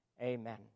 amen